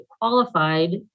qualified